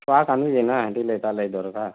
ଛୁଆ କାନ୍ଦୁଛେ ନା ହେଥିର୍ ଲାଗି ତା'ର୍ ଲାଗି ଦରକାର୍